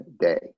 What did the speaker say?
day